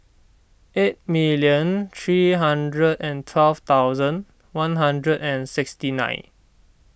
eight minute three hundred and twelve thousand one hundred and sixty nine